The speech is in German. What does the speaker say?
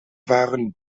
waren